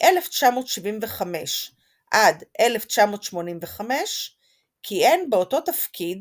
ומ-1975 עד 1985 כיהן באותו תפקיד